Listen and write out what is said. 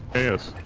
s.